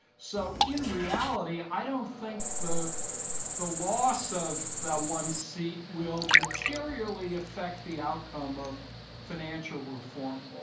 so in reality i don't think the the loss of that one seat will materially affect the outcome of financial reform.